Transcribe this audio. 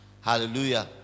hallelujah